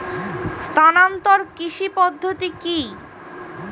স্থানান্তর কৃষি পদ্ধতি কি?